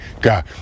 God